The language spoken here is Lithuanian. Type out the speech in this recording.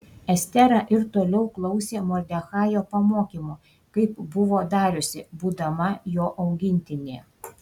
estera ir toliau klausė mordechajo pamokymų kaip buvo dariusi būdama jo augintinė